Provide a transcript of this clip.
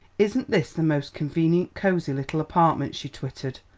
isn't this the most convenient, cosy little apartment? she twittered.